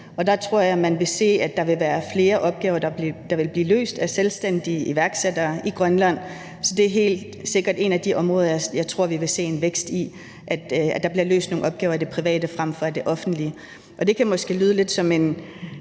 Der tror jeg, man vil se, at der vil være flere opgaver, der vil blive løst af selvstændige iværksættere i Grønland, så det er helt sikkert et af de områder, hvor jeg tror vi vil se en vækst – altså at der bliver løst nogle opgaver i det private frem for i det offentlige. Det kan måske lyde lidt som en